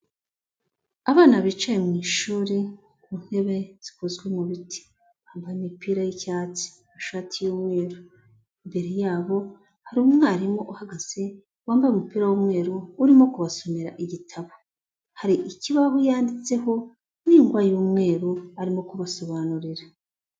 Abana bicaye mu ishuri ku ntebe zikozwe mu biti bambaye imipira y'icyatsi n'ishati y'umweru, imbere ya bo hari umwarimu uhagaze wambaye umupira w'umweru urimo kubasomera igitabo, hari ikibaho yanditseho n'ingwa y'umweru arimo kubasobanurira.